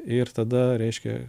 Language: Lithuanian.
ir tada reiškia